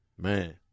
Man